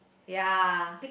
ya